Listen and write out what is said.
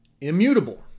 immutable